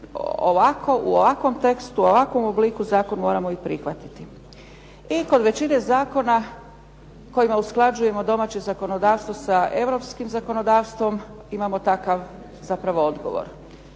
u ovakvom tekstu, u ovakvom obliku zakon moramo i prihvatiti. I kod većine zakona kojima usklađujemo domaće zakonodavstvo sa europskim zakonodavstvom imamo takav zapravo odgovor.